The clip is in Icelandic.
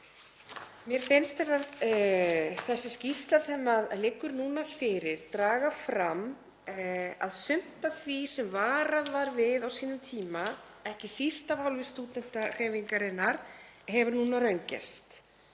Mér finnst þessi skýrsla sem liggur núna fyrir draga fram að sumt af því sem varað var við á sínum tíma, ekki síst af hálfu stúdentahreyfingarinnar, hefur raungerst